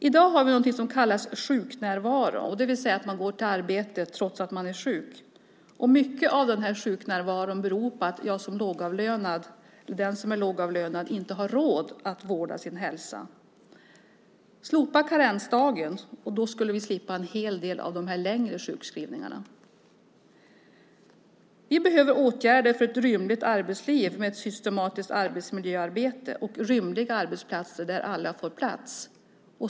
I dag har vi någonting som kallas sjuknärvaro, det vill säga att man går till ett arbete trots att man är sjuk. Mycket av sjuknärvaron beror på att den som är lågavlönad inte har råd att vårda sin hälsa. Slopa karensdagen, och då skulle vi slippa en hel del av de längre sjukskrivningarna. Vi behöver åtgärder för ett rymligt arbetsliv med ett systematiskt arbetsmiljöarbete och rymliga arbetsplatser där alla får plats.